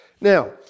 Now